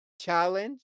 challenge